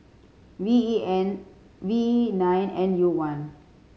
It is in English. V E N V E nine N U one